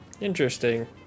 Interesting